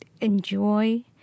enjoy